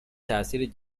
تاثیر